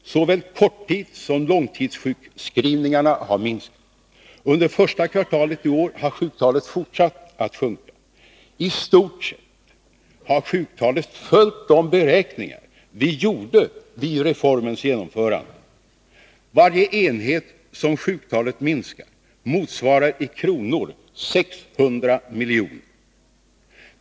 Såväl korttidssom långtidssjukskrivningarna har minskat. Under första kvartalet i år har sjuktalet fortsatt att sjunka. I stort sett har sjuktalet följt de beräkningar vi gjorde vid reformens genomförande. Varje enhet som sjuktalet minskar motsvarar i kronor 600 miljoner.